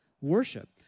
worship